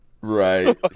Right